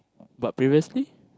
but previously